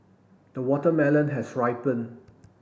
the watermelon has ripen